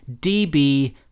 db